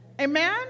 Amen